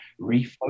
refocus